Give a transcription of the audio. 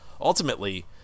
ultimately